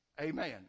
Amen